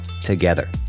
together